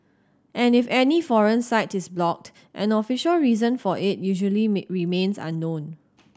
and if any foreign site is blocked an official reason for it usually may remains unknown